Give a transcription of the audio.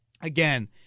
again